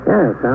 Yes